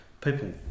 people